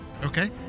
Okay